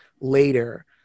later